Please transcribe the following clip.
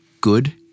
good